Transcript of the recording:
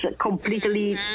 completely